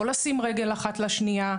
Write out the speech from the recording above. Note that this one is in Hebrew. לא לשים רגל אחת לשנייה.